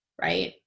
Right